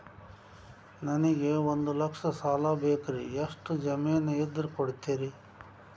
ನನಗೆ ಒಂದು ಲಕ್ಷ ಸಾಲ ಬೇಕ್ರಿ ಎಷ್ಟು ಜಮೇನ್ ಇದ್ರ ಕೊಡ್ತೇರಿ?